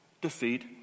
defeat